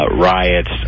riots